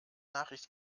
nachricht